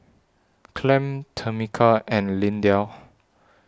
Clem Tamica and Lindell